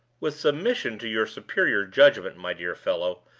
with submission to your superior judgment, my dear fellow,